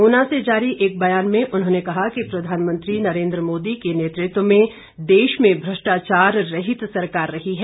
ऊना से जारी एक बयान में उन्होंने कहा कि प्रधानमंत्री नरेन्द्र मोदी के नेतृत्व में देश में भ्रष्टाचार रहित सरकार रही है